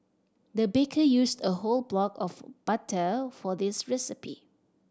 the baker used a whole block of butter for this recipe